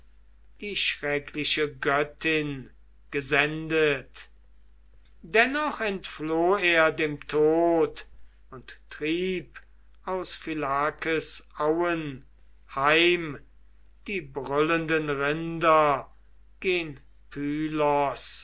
die schreckliche göttin gesendet dennoch entfloh er dem tod und trieb aus phylakes auen heim die brüllenden rinder